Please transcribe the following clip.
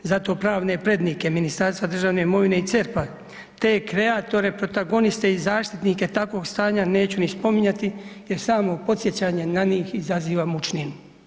I zato pravne prednike Ministarstva državne imovine i CERP-a te kreatore, protagoniste i zaštitnike takvog stanja neću ni spominjati jer samo podsjećanje na njih izaziva mučninu.